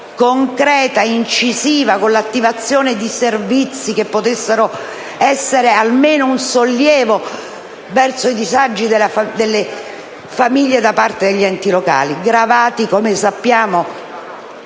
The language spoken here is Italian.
concreta ed incisiva, con l'attivazione di servizi che potessero essere almeno un sollievo per i disagi delle famiglie da parte degli enti locali, gravati, come sappiamo,